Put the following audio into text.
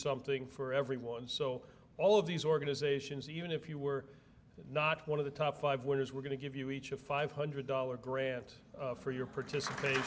something for everyone so all of these organizations even if you were not one of the top five winners we're going to give you each a five hundred dollar grant for your participat